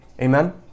amen